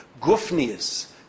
gufnias